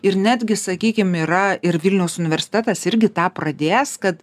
ir netgi sakykim yra ir vilniaus universitetas irgi tą pradės kad